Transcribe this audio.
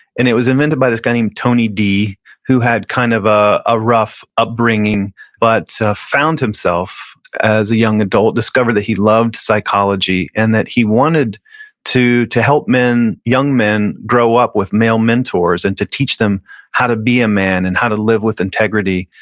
and it was invented by this guy named tony d who had kind of ah a rough upbringing but so found himself as a young adult, discovered that he loved psychology and that he wanted to to help men, young men, grow up with male mentors and to teach them how to be a man and how to live with integrity.